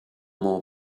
more